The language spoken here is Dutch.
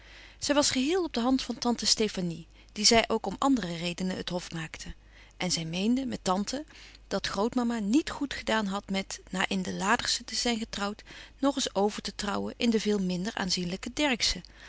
zij was geheel op de hand van tante stefanie die zij ook om andere redenen het hof maakte en zij meende met tante dat grootmama niet goed gedaan had met na in de de ladersen te zijn getrouwd nog eens over te trouwen in de veel minder aanzienlijke